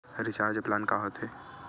Recharge plan का होथे?